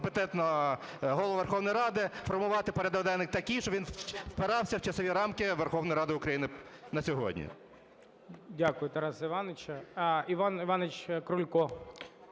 компетентно Голову Верховної Ради формувати порядок денний такий, щоб він впирався в часові рамки Верховної Ради України на сьогодні.